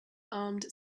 armed